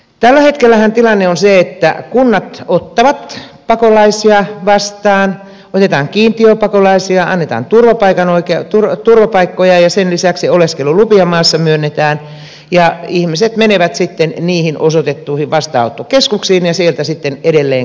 tällä hetkellähän tilanne on se että kunnat ottavat pakolaisia vastaan otetaan kiintiöpakolaisia annetaan turvapaikkoja ja sen lisäksi oleskelulupia maassa myönnetään ja ihmiset menevät sitten niihin osoitettuihin vastaanottokeskuksiin ja sieltä sitten edelleen kuntiin